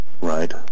Right